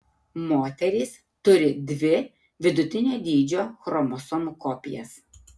moterys turi dvi vidutinio dydžio chromosomų kopijas